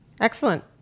excellent